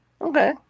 okay